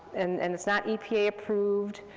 and and it's not epa approved,